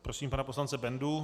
Prosím pana poslance Bendu.